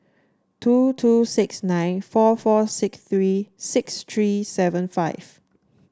two two six nine four four six three six three seven five